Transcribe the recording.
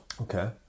Okay